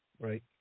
Right